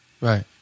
Right